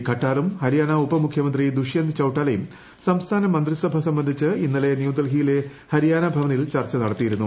ഖട്ടാറും ഹരിയാന ഉപ്പമുഖ്യമന്ത്രി ദുഷ്യന്ത് ചൌട്ടാലയും സംസ്ഥാന മന്ത്രിസഭ സ്ട്ബെന്ധിച്ച് ഇന്നലെ ന്യൂഡൽഹിയിലെ ഹരിയാന ഭവനിൽ പ്പാചർച്ച നടത്തിയിരുന്നു